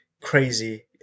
crazy